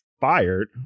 fired